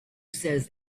says